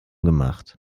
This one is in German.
gemacht